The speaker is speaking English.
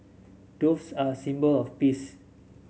doves are a symbol of peace